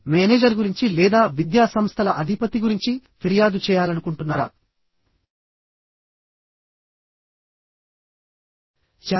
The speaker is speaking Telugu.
మేనేజర్ గురించి లేదా విద్యా సంస్థల అధిపతి గురించి ఫిర్యాదు చేయాలనుకుంటున్నారా శాఖ